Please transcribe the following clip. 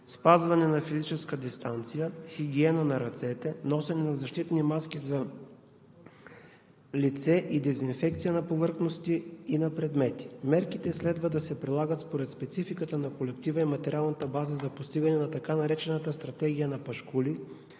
спазване на физическа дистанция, хигиена на ръцете, носене на защитни маски за лице и дезинфекция на повърхности и предмети. Мерките следва да се прилагат според спецификата на колектива и материалната база за постигане на така наречената стратегия на пашкули,